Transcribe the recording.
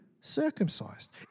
circumcised